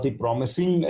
promising